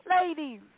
ladies